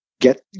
get